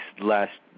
last